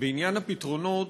בעניין הפתרונות